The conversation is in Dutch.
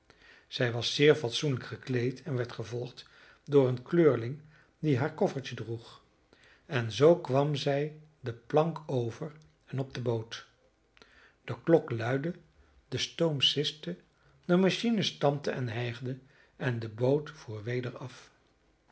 zij was zeer fatsoenlijk gekleed en werd gevolgd door een kleurling die haar koffertje droeg en zoo kwam zij de plank over en op de boot de klok luidde de stoom siste de machine stampte en hijgde en de boot voer weder af